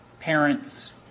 Parents